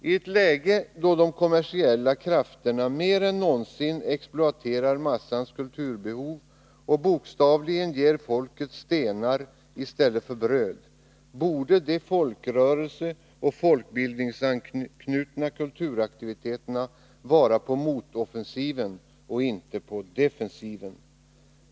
I ett läge då de kommersiella krafterna mer än någonsin exploaterar massans kulturbehov och bokstavligen ger folket stenar i stället för bröd, borde de folkrörelseoch folkbildningsanknutna kulturaktiviteter na vara på motoffensiven och inte på defensiven.